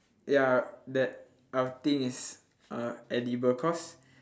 ya that I'll think is uh edible cause